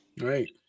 Right